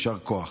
יישר כוח.